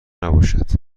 نباشد